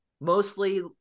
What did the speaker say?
mostly